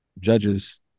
judges